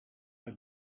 are